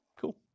Cool